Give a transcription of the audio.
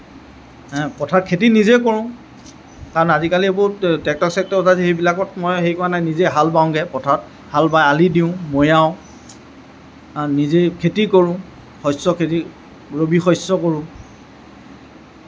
পথাৰত খেতি নিজে কৰোঁ কাৰণ আজিকালি এইবোৰ ট্ৰেক্টৰ চেক্টৰ সেইবিলাকত মই হেৰি কৰা নাই নিজে হাল বাওঁগৈ পথাৰত হাল বাই আলি দিওঁ মৈয়াওঁ নিজে খেতি কৰোঁ শস্যৰ খেতি ৰবি শস্য কৰোঁ